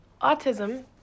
Autism